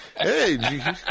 Hey